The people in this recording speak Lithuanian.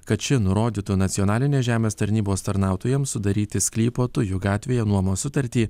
kad ši nurodytų nacionalinės žemės tarnybos tarnautojams sudaryti sklypo tujų gatvėje nuomos sutartį